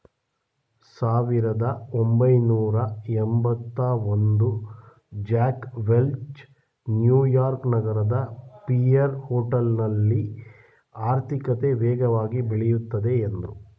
ಸಾವಿರದಒಂಬೈನೂರಎಂಭತ್ತಒಂದು Jack Welch New York ನಗರದ Pierre ಹೋಟೆಲ್ನಲ್ಲಿ ಆರ್ಥಿಕತೆ ವೇಗವಾಗಿ ಬೆಳೆಯುತ್ತದೆ ಎಂದ್ರು